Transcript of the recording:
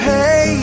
Hey